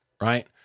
right